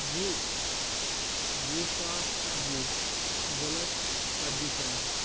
وُہ وُہ ساس وُہ زٕ لَچھ ژَتجی ساس